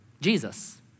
Jesus